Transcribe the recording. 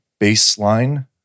baseline